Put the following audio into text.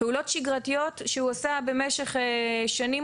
פעולות שגרתיות שהוא עשה במשך שנים,